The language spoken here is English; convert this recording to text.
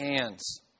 hands